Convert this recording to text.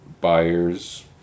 buyers